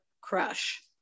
crush